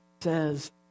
says